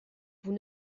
vous